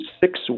six